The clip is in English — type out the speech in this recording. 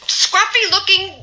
scruffy-looking